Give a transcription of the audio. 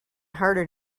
harder